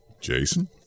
Jason